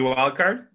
Wildcard